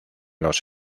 los